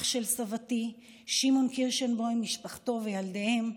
אח של סבתי שמעון קירשנבוים, משפחתו וילדיהם,